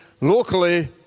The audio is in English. locally